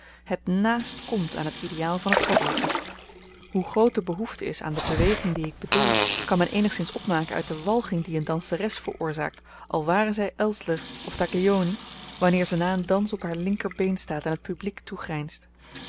stilstaat het naast komt aan het ideaal van t goddelyke hoe groot de behoefte is aan de beweging die ik bedoel kan men eenigszins opmaken uit de walging die een danseres veroorzaakt al ware zy elssler of taglioni wanneer ze na een dans op haar linkerbeen staat en t publiek toegrynst